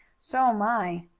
so'm i.